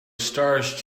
stars